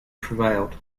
prevailed